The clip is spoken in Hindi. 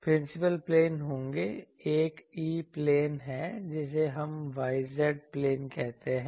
प्रिंसिपल प्लेन होंगे एक E प्लेन है जिसे हम y z प्लेन कहते हैं